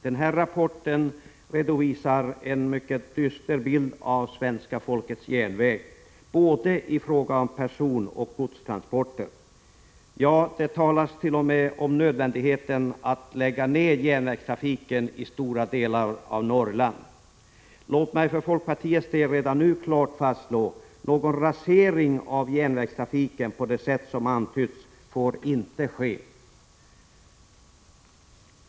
Denna rapport redovisar en mycket dyster bild av svenska folkets järnväg, både i fråga om personoch godstransporter. Ja, det talas t.o.m. om nödvändigheten av att lägga ned järnvägstrafiken i stora delar av Norrland. Låt mig för folkpartiets del redan nu klart fastslå att någon rasering av järnvägstrafiken på det sätt som antytts inte får ske.